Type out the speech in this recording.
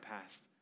past